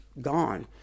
gone